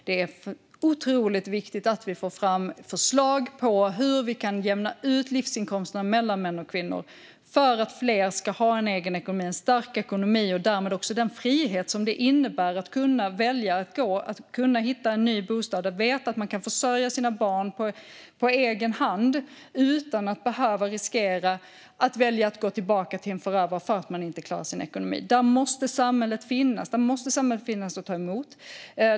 Det är otroligt viktigt att vi får fram förslag om hur vi kan jämna ut livsinkomsterna mellan män och kvinnor för att fler ska ha en egen ekonomi, en stark ekonomi, och därmed den frihet som det innebär att kunna välja att gå, att kunna hitta en ny bostad, att veta att man kan försörja sina barn på egen hand utan att behöva ta risken att gå tillbaka till en förövare för att man inte klarar sin ekonomi. Här måste samhället finnas och ta emot.